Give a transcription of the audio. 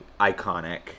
iconic